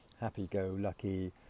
happy-go-lucky